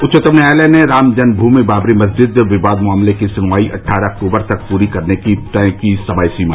उच्चतम न्यायालय ने राम जन्म भूमि बाबरी मस्जिद विवाद मामले की सुनवाई अट्ठारह अक्टूबर तक पूरी करने की तय की समय सीमा